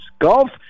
golf